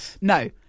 No